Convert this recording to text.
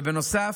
ובנוסף,